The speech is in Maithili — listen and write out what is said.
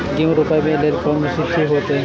गेहूं रोपाई के लेल कोन मशीन ठीक होते?